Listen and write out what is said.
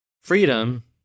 Freedom